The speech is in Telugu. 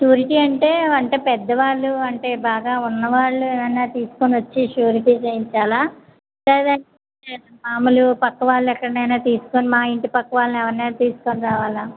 షూరిటీ అంటే అంటే పెద్దవాళ్ళు అంటే బాగా ఉన్నవాళ్ళు ఏమన్నా తీసుకునొచ్చి షూరిటీ చేయించాలా లేదంటే మామూలు పక్క వాళ్ళు ఎక్కడనైనా తీసుకుని మా ఇంటి పక్క వాళ్ళని ఎవరినైనా తీసుకుని రావాలా